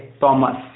Thomas